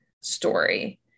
story